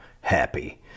happy